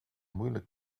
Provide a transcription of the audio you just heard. moeilijk